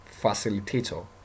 facilitator